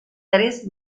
tres